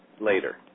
later